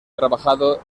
trabajado